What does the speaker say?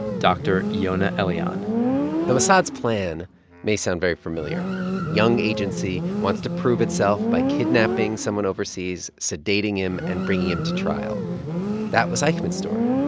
dr. yonah elian the mossad's plan may sound very familiar young agency wants to prove itself by kidnapping someone overseas, sedating him and bringing him to trial that was eichmann's story.